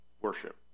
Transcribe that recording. worship